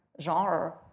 genre